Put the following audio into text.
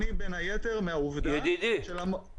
אני מאשר את הדברים של ירון.